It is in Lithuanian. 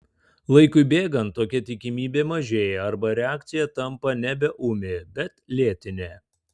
laikui bėgant tokia tikimybė mažėja arba reakcija tampa nebe ūmi bet lėtinė